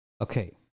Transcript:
okay